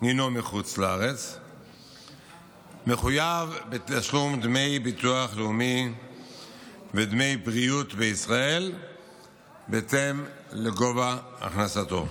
מחו"ל מחויב בתשלום ביטוח לאומי ודמי בריאות בישראל בהתאם לגובה הכנסתו,